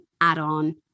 add-on